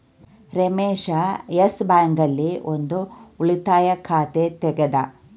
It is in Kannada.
ರಮೇಶ ಯೆಸ್ ಬ್ಯಾಂಕ್ ಆಲ್ಲಿ ಒಂದ್ ಉಳಿತಾಯ ಖಾತೆ ತೆಗೆದ